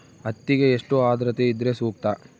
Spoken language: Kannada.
ಹತ್ತಿಗೆ ಎಷ್ಟು ಆದ್ರತೆ ಇದ್ರೆ ಸೂಕ್ತ?